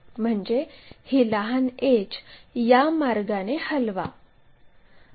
म्हणजे ही लहान एड्ज या मार्गाने हलवा